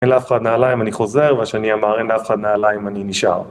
אין לאף אחד נעליים אני חוזר, והשני אמר אין לאף אחד נעליים אני נשאר.